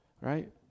right